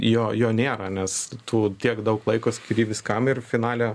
jo jo nėra nes tu tiek daug laiko skiri viskam ir finale